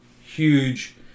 huge